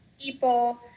people